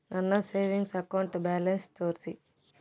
ನನ್ನ savings account balance ತೋರಿಸಿ?